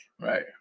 Right